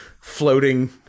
floating